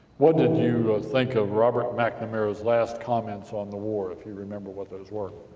what did you think of robert mcnamara's, last comments on the war, if you remember what those were?